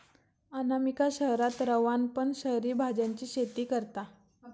अनामिका शहरात रवान पण शहरी भाज्यांची शेती करता